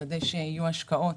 לוודא שיהיו השקעות